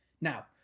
Now